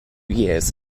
years